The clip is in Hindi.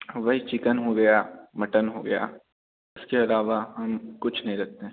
हाँ वही चिकन हो गया मटन हो गया उसके अलावा हम कुछ नहीं रखते हैं